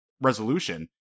resolution